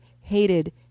hated